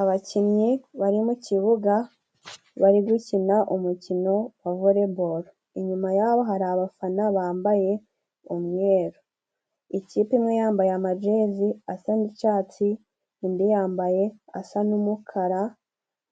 Abakinnyi bari mu kibuga bari gukina umukino volebolo, inyuma yaho hari abafana bambaye umweru. Ikipe imwe yambaye amajezi asa nicatsi, indi yambaye asa n'umukara